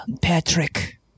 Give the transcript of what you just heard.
Patrick